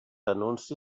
anunci